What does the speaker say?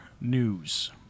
news